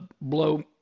blow